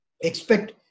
expect